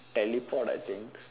teleport I think